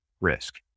risk